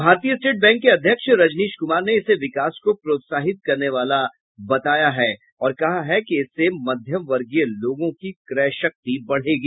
भारतीय state bank के अध्यक्ष रजनीश कुमार ने इसे विकास को प्रोत्साहित करने वाला बताया है और कहा है कि इससे मध्यम वर्गीय लोगों की क्रय शक्ति बढ़ेगी